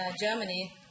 Germany